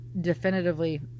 definitively